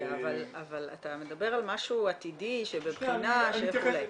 אבל אתה מדבר על משהו עתידי שבבחינה וכולי.